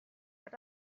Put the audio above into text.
but